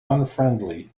unfriendly